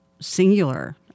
singular